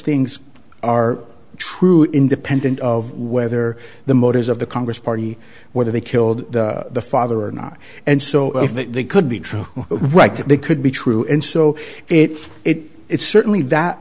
things are true independent of whether the motives of the congress party whether they killed the father or not and so if it could be true right that they could be true and so it it it's certainly that